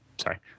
sorry